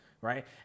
Right